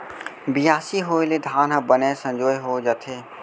बियासी होय ले धान ह बने संजोए हो जाथे